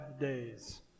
days